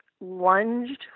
lunged